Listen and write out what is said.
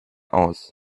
aus